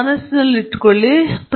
ಆದ್ದರಿಂದ ಅದು ಮನಸ್ಸಿನಲ್ಲಿಟ್ಟುಕೊಳ್ಳಬೇಕು